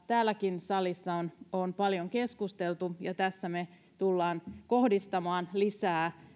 täälläkin salissa on paljon keskusteltu ja tässä me tulemme kohdistamaan lisää